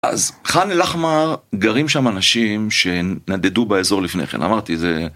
אז חן אל עחמאר, גרים שם אנשים שנדדו באזור לפני כן, אמרתי זה...